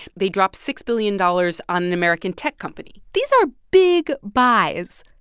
they drop six billion dollars on an american tech company these are big buys.